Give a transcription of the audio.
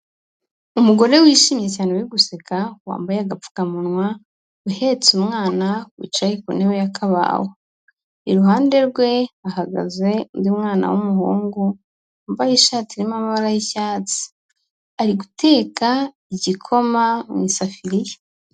Umugore wishimye cyane uri guseka, wambaye agapfukamunwa, uhetse umwana wicaye ku ntebe ya kabaho, iruhande rwe hahagaze undi mwana w'umuhungu wambaye ishati irimo amabara y'icyatsi, ari guteka igikoma mu isafuriya.